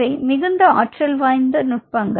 இவை மிகுந்த ஆற்றல் வாய்ந்த நுட்பங்கள்